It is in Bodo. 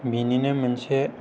बेनिनो मोनसे